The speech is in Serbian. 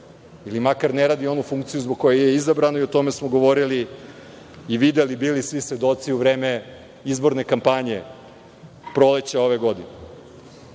ili makar ne radi onu funkciju zbog koje je izabrano i o tome smo govorili i videli, bili svi svedoci u vreme izborne kampanje proleća ove godine.